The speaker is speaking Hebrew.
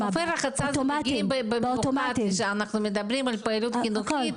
חופי הרחצה זו חובה כשאנחנו מדברים על פעילות חינוכית,